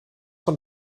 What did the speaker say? von